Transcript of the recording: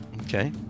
okay